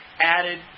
added